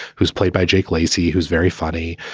who's played by jake lacy, who's very funny,